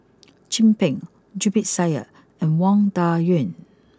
Chin Peng Zubir Said and Wang Dayuan